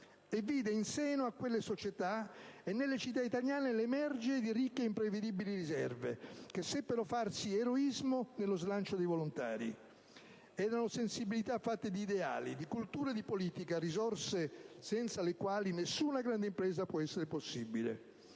vide in seno a quelle società e nelle città italiane l'emergere di ricche e imprevedibili riserve, che seppero farsi eroismo nello slancio dei volontari. Erano sensibilità fatte di ideali, di cultura e di politica, risorse senza le quali nessuna grande impresa può essere possibile.